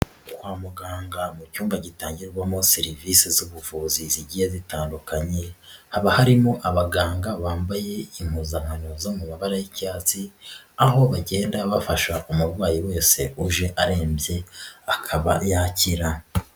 Kwa muganga mu cyumba gitangirwamo serivisi z'ubuvuzi zigiye zitandukanye haba harimo abaganga bambaye impuzankano zo mu mabara y'icyatsi aho bagenda bafasha umurwayi wese uje arembye akaba yakira.